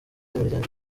imiryango